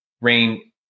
Rain